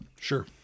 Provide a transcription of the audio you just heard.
Sure